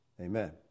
Amen